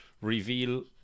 reveal